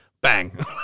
bang